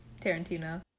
Tarantino